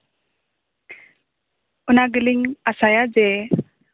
ᱚᱱᱟ ᱜᱮᱞᱤᱧ ᱟᱥᱟᱭᱟ ᱡᱮ